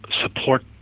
support